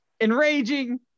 enraging